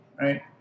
right